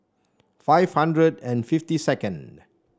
five hundred and fifty second